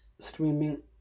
streaming